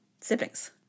siblings